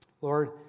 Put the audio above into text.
Lord